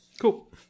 Cool